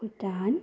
Bhutan